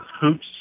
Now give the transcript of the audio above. hoops